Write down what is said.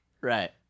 Right